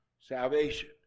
salvation